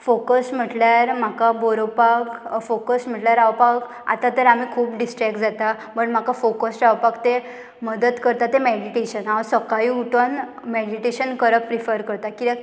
focus म्हटल्यार म्हाका बरोवपाक फोकस म्हटल्यार रावपाक आतां तर आमी खूब डिस्ट्रेक्ट जाता बट म्हाका फोकस रावपाक तें मदत करता ते मॅडिटेशन हांव सकाळी उठून मॅडिटेशन करप प्रिफर करता कित्याक